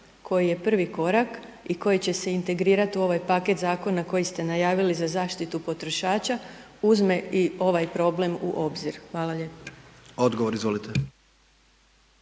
koji je prvi korak i koji će se integrirat u ovaj paket Zakon koji ste najavili za zaštitu potrošača, uzme i ovaj problem u obzir. Hvala lijepo. **Jandroković,